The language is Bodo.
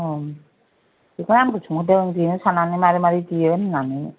बेखौयनो आंखौ सोंहरदों बेनो साननानै मारै मारै देयो होननानै